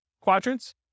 quadrants